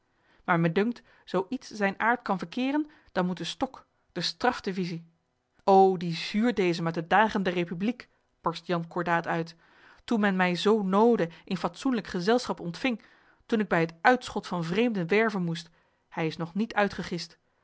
maar mij dunkt zoo iets zijn aard kan verkeeren dan moeten de stok de strafdivisie o die zuurdeesem uit de dagen der republiek barst jan cordaat uit toen men mij zoo noode in fatsoenlijk gezelschap ontving toen ik bij het uitschot van vreemden werven moest hij is nog niet uitgegist